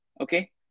Okay